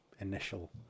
initial